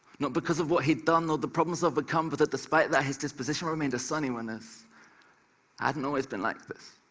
not because of what he'd done, nor the problems overcome, but that despite that his disposition remained a sunny one. it hadn't always been like this.